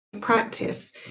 practice